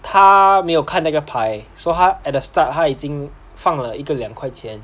他没有看那个牌 so 他 at the start 他已经放了一个两块钱